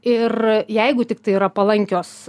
ir jeigu tiktai yra palankios